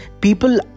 people